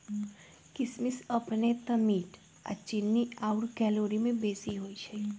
किशमिश अपने तऽ मीठ आऽ चीन्नी आउर कैलोरी में बेशी होइ छइ